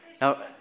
Now